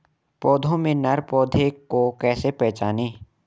पौधों में नर पौधे को कैसे पहचानें?